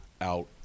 out